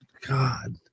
God